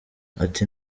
ati